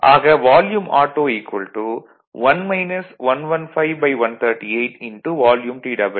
ஆக auto 1 115138TW